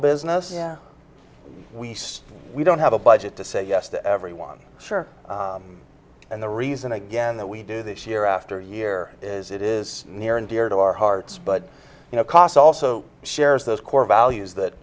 business yeah we we don't have a budget to say yes to everyone sure and the reason again that we do this year after year is it is near and dear to our hearts but you know cause also shares those core values that